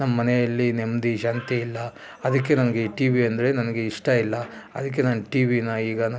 ನಮ್ಮಮನೆಯಲ್ಲಿ ನೆಮ್ಮದಿ ಶಾಂತಿ ಇಲ್ಲ ಅದಕ್ಕೆ ನನಗೆ ಈ ಟಿ ವಿ ಅಂದರೆ ನನಗೆ ಇಷ್ಟ ಇಲ್ಲ ಅದಕ್ಕೆ ನಾನು ಟಿ ವಿನ ಈಗ ನನ್ನ